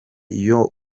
iyo